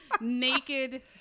naked